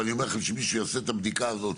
אבל אני אומר לכם שמישהו שיעשה את הבדיקה הזאת,